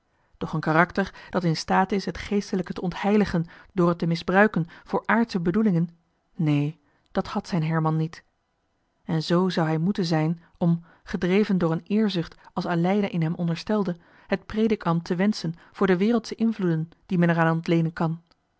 doch een karakter dat in staat is het geestelijke te ontheiligen door het te misbruiken voor aardsche bedoelingen neen dat had zijn herman niet en zoo zou hij moeten zijn om gedreven door een eerzucht als aleida in hem onderstelde het predikambt te wenschen voor de wereldsche invloeden die men er aan ontleenen kan